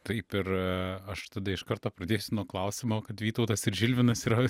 taip ir aš tada iš karto pradėsiu nuo klausimo kad vytautas ir žilvinas yra